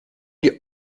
die